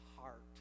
heart